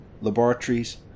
laboratories